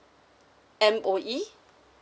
M_O_E